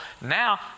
Now